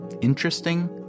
interesting